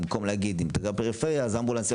במקום להגיד שאם אתה גר בפריפריה אז אמבולנס יהיה